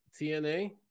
TNA